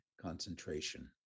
concentration